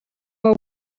more